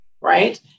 right